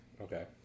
Okay